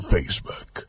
Facebook